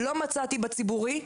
לא מצאתי בציבורי,